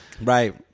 Right